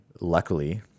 Luckily